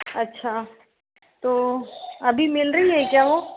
अच्छा तो अभी मिल रहे हैं क्या वह